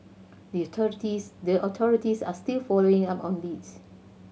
the authorities the authorities are still following up on leads